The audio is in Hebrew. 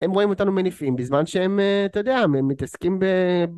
הם רואים אותנו מניפים בזמן שהם, אתה יודע, הם מתעסקים ב...